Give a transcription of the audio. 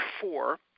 four